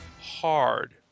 Hard